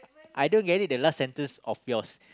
I don't get it the last sentence of yours